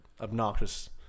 obnoxious